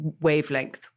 wavelength